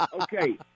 Okay